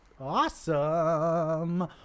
Awesome